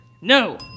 No